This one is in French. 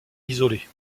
isolé